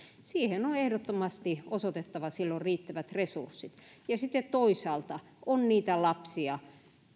siihen on silloin ehdottomasti osoitettava riittävät resurssit sitten toisaalta on niitä lapsia